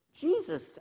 Jesus